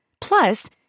Plus